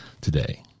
today